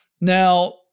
Now